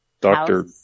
doctor